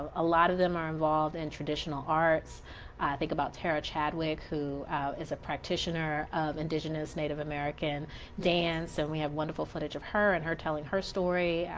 a lot of them are involved in traditional arts. i think about tara chadwick who is a practitioner of indigenous native american dance and we have wonderful footage of her and her telling her story,